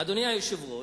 אדוני היושב-ראש,